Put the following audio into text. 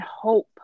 hope